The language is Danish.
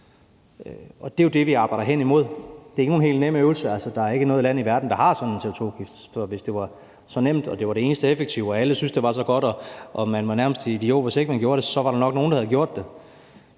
Det er jo det, vi arbejder hen imod. Det er ikke nogen helt nem øvelse. Altså, der er ikke noget land i verden, der har sådan en CO2-afgift. Hvis det var så nemt og det var det eneste effektive og alle syntes, det var så godt, og man nærmest var idiot, hvis ikke man gjorde det, så var der nok nogle, der havde gjort det.